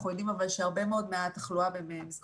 אבל אנחנו יודעים שהרבה מאוד מהתחלואה במסגרות